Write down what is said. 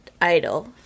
idle